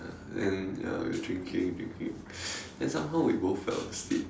then ya we were drinking drinking then somehow we both fell asleep